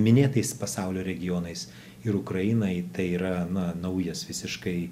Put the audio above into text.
minėtais pasaulio regionais ir ukrainai tai yra naujas visiškai